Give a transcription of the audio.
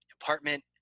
apartment